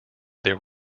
there